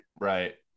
right